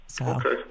Okay